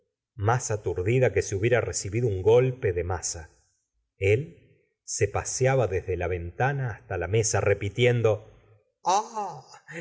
más aturdida que si hubiera recibido un golpe de maza el se paseaba desde la ventana hasta la mesa repitiendo